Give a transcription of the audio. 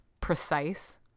precise